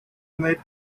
made